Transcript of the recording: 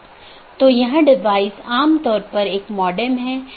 इसलिए उनके बीच सही तालमेल होना चाहिए